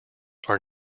are